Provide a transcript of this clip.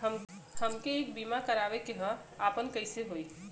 हमके एक बीमा करावे के ह आपन कईसे होई?